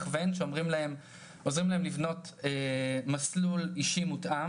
בואו ניתן לזה איזה חודשיים להתגלגל ונראה שבאמת הכספים הועברו.